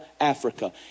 Africa